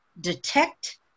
detect